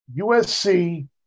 USC